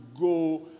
go